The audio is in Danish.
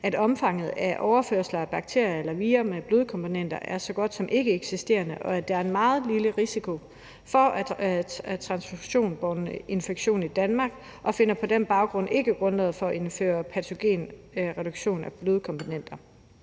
at omfanget af overførsel af bakterier eller vira med blodkomponenter er så godt som ikkeeksisterende, og at der er en meget lille risiko for transfusionsbåren infektion i Danmark, og finder på den baggrund ikke grundlag for at indføre patogenreduktion af blodkomponenter